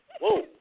Whoa